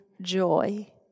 joy